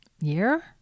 year